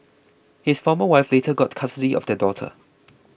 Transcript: his former wife later got custody of their daughter